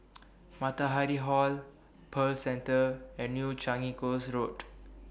Matahari Hall Pearl Centre and New Changi Coast Road